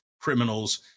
criminals